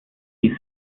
die